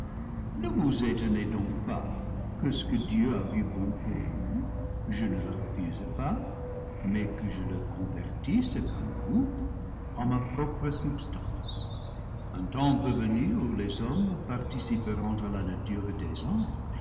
ne vous étonnez donc pas que ce que dieu a vu bon pour vous je ne le refuse pas mais que je le convertisse comme vous en ma propre substance un temps peut venir où les hommes participeront à la nature des anges